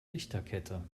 lichterkette